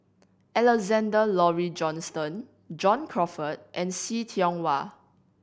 Alexander Laurie Johnston John Crawfurd and See Tiong Wah